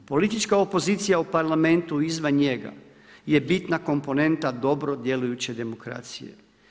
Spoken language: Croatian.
Politička opozicija u parlamentu i izvan njega je bitna komponenta dobro djelujuće demokracije.